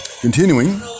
Continuing